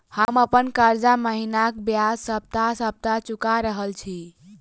हम अप्पन कर्जा महिनाक बजाय सप्ताह सप्ताह चुका रहल छि